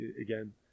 again